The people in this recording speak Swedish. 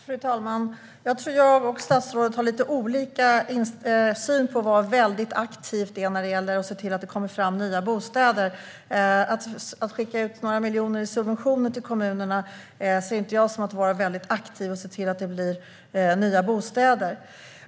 Fru talman! Jag tror att jag och statsrådet har lite olika syn på vad "mycket aktivt" är när det gäller att se till att det kommer fram nya bostäder. Att skicka ut några miljoner i subventioner till kommunerna ser inte jag som att vara väldigt aktiv och se till att det blir nya bostäder.